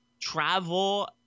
travel